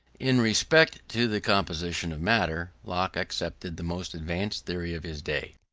in respect to the composition of matter, locke accepted the most advanced theory of his day,